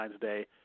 Day